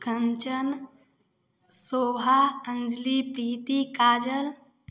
Kanchan Sobha Anjali Preeti Kajal